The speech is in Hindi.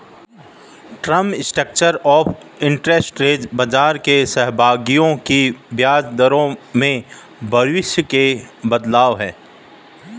term structure of interest rate बाजार सहभागियों की ब्याज दरों में भविष्य के बदलाव है